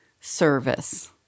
service